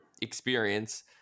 experience